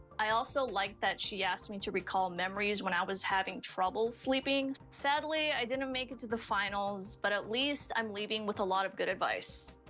i also liked that she asked me to recall memories when i was having trouble sleeping. sadly, i didn't make it to the finals, but at least i'm leaving with a lot of good advice.